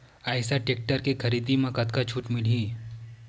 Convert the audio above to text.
Eicher tractor के खरीदी म कतका छूट मिलही?